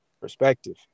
Perspective